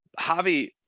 Javi